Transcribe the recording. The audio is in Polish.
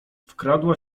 wkradała